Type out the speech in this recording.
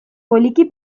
poliki